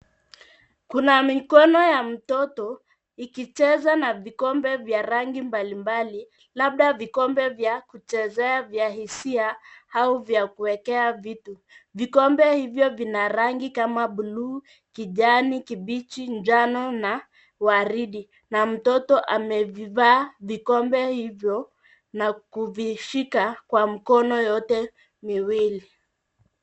Kuna mikono ya mtoto ikicheza na vikombe vya rangi mbali mbali, labda vikombe vya kuchezea vya hisia au vya kuekea vitu. Vikombe hivyo vina rangi kama bluu, kijani kibichi, njano na waridi. Na mtoto amevivaa vikombe hivyo na kuvishika kwa mikono yote miwili.